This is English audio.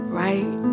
right